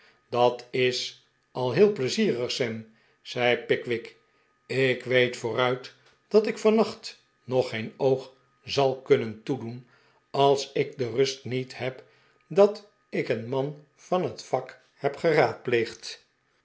dat is al heel pleizierig sam zei pickwick ik weet vooruit dat ik vannacht geen oog zal kunnen toedoen als ik de de pick wick c lub rust niet heb h dat ik een man van net vak heb